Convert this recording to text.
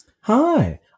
Hi